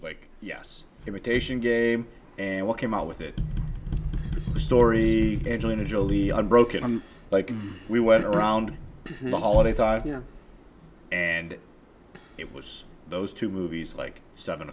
like yes imitation game and what came out with it story angelina jolie on broken i'm like we went around the holiday time you know and it was those two movies like seven